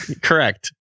Correct